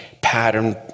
pattern